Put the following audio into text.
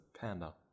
panda